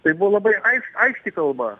tai buvo labai ai aiški kalba